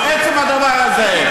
עצם הדבר הזה,